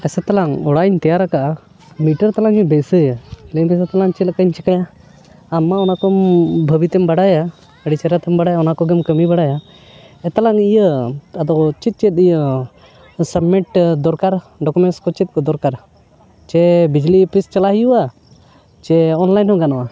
ᱮᱥᱮ ᱛᱟᱞᱟᱝ ᱚᱲᱟᱜ ᱤᱧ ᱛᱮᱭᱟᱨ ᱟᱠᱟᱜᱼᱟ ᱢᱤᱴᱟᱨ ᱛᱟᱞᱟᱝ ᱤᱧ ᱵᱟᱹᱥᱟᱹᱣᱟ ᱞᱟᱹᱭ ᱢᱮᱥᱮ ᱛᱟᱞᱟᱝ ᱪᱮᱫ ᱞᱮᱠᱟᱧ ᱪᱤᱠᱟᱹᱭᱟ ᱟᱢ ᱢᱟ ᱚᱱᱟᱠᱚᱢ ᱵᱷᱟᱹᱵᱤᱛᱮᱢ ᱵᱟᱰᱟᱭᱟ ᱟᱹᱰᱤ ᱪᱮᱦᱨᱟᱛᱮᱢ ᱵᱟᱲᱟᱭᱟ ᱚᱱᱟ ᱠᱚᱜᱮᱢ ᱠᱟᱹᱢᱤ ᱵᱟᱲᱟᱭᱟ ᱮᱛᱞᱟᱝ ᱤᱭᱟᱹ ᱟᱫᱚ ᱪᱮᱫ ᱪᱮᱫ ᱤᱭᱟᱹ ᱥᱟᱵᱢᱤᱴ ᱫᱚᱨᱠᱟᱨ ᱰᱚᱠᱩᱢᱮᱱᱴᱥ ᱠᱚ ᱪᱮᱫ ᱠᱚ ᱫᱚᱨᱠᱟᱨᱟ ᱥᱮ ᱵᱤᱡᱽᱞᱤ ᱚᱯᱷᱤᱥ ᱪᱟᱞᱟᱜ ᱦᱩᱭᱩᱜᱼᱟ ᱪᱮ ᱚᱱᱞᱟᱭᱤᱱ ᱦᱚᱸ ᱜᱟᱱᱚᱜᱼᱟ